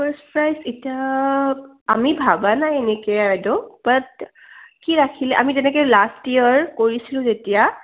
first prize এতিয়া আমি ভাবা নাই এনেকৈ বাইদেউ বাট কি ৰাখিলে আমি যেনেকৈ লাষ্ট ইয়েৰ কৰিছিলোঁ যেতিয়া